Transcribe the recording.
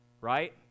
right